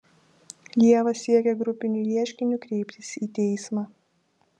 ieva siekia grupiniu ieškiniu kreiptis į teismą